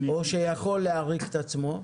או שניתן להאריך אותו,